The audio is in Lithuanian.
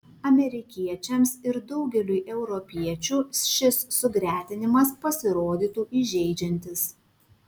amerikiečiams ir daugeliui europiečių šis sugretinimas pasirodytų įžeidžiantis